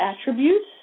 attributes